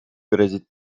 грозит